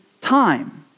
time